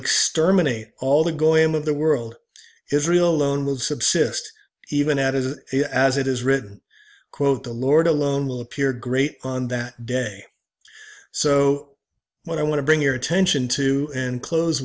exterminate all the goyim of the world israel alone will subsist even at is an area as it is written quote the lord alone will appear great on that day so what i want to bring your attention to and close